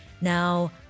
Now